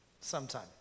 sometime